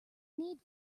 need